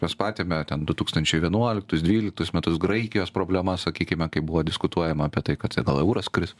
mes matėme ten du tūkstančiai vienuoliktus dvyliktus metus graikijos problemas sakykime kai buvo diskutuojama apie tai kad gal euras kris